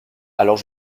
alors